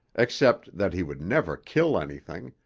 except that he would never kill anything,